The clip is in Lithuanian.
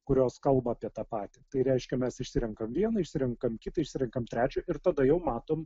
kurios kalba apie tą patį tai reiškia mes išsirenkam vieną išsirenkam kitą išsirenkame trečią ir tada jau matom